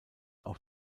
auch